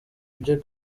ibyo